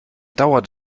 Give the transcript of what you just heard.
dauert